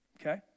Okay